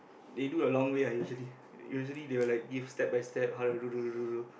they do a long way lah usually usually they will like give step by step how to do do do do do